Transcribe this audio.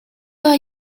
are